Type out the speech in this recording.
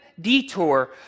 detour